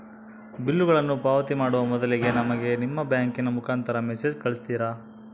ಬಿಲ್ಲುಗಳನ್ನ ಪಾವತಿ ಮಾಡುವ ಮೊದಲಿಗೆ ನಮಗೆ ನಿಮ್ಮ ಬ್ಯಾಂಕಿನ ಮುಖಾಂತರ ಮೆಸೇಜ್ ಕಳಿಸ್ತಿರಾ?